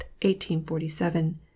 1847